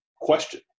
question